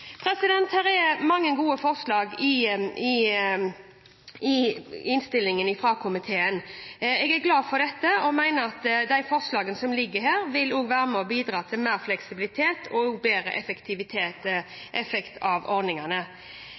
er mange gode forslag i innstillingen fra komiteen. Jeg er glad for dette og mener at de forslagene som ligger her, også vil være med på å bidra til mer fleksibilitet og bedre effekt av ordningene.